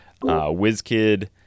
Wizkid